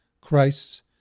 Christ's